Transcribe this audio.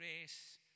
grace